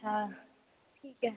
अच्छा ठीक ऐ